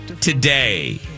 today